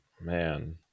man